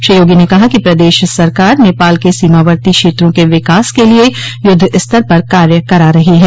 श्री योगी ने कहा कि प्रदेश सरकार नेपाल के सीमावर्ती क्षेत्रों के विकास के लिए युद्धस्तर पर कार्य करा रही है